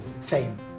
fame